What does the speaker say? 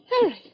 Harry